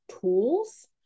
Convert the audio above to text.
tools